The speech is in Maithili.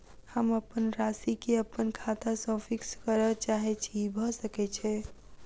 हम अप्पन राशि केँ अप्पन खाता सँ फिक्स करऽ चाहै छी भऽ सकै छै?